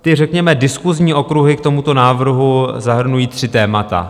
Ty řekněme diskusní okruhy k tomuto návrhu zahrnují tři témata.